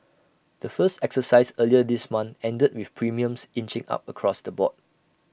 the first exercise earlier this month ended with premiums inching up across the board